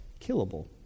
killable